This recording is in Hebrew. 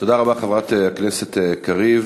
תודה רבה, חברת הכנסת קריב.